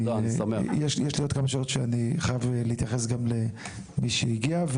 יש לי עוד כמה שאלות שאני חייב להתייחס גם למי שהגיע.